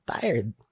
tired